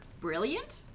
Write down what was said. Brilliant